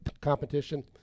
competition